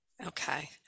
Okay